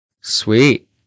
Sweet